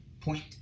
point